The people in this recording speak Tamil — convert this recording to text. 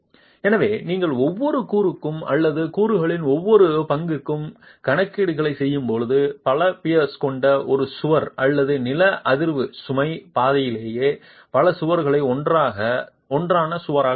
எனவே நீங்கள் ஒவ்வொரு கூறுக்கும் அல்லது கூறுகளின் ஒவ்வொரு பங்குக்கும் கணக்கீடுகளை செய்யும்போது பல பியர்ஸ் கொண்ட ஒரு சுவர் அல்லது நில அதிர்வு சுமை பாதையிலேயே பல சுவர்களை ஒன்றாக சுவர் உள்ளது